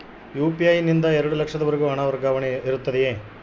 UPI ನಿಂದ ಎರಡು ಲಕ್ಷದವರೆಗೂ ಹಣ ವರ್ಗಾವಣೆ ಇರುತ್ತದೆಯೇ?